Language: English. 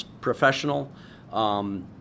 professional